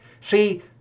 See